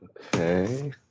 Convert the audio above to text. Okay